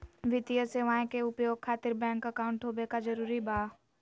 वित्तीय सेवाएं के उपयोग खातिर बैंक अकाउंट होबे का जरूरी बा?